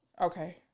Okay